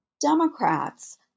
Democrats